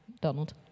Donald